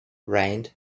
rained